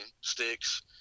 sticks